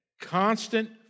constant